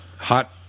Hot